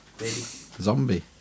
Zombie